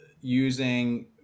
using